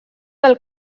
del